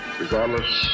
regardless